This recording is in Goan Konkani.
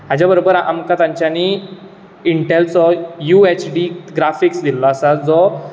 हाजे बरोबर आमकां तांच्यानी इंटेलचो यू एच डि ग्राफिक्स दिल्लो आसा जो